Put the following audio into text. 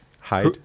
Hide